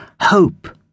HOPE